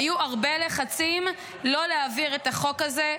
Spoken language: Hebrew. היו הרבה לחצים לא להעביר את החוק הזה,